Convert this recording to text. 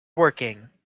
working